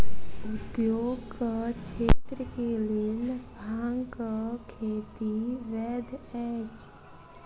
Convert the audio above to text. उद्योगक क्षेत्र के लेल भांगक खेती वैध अछि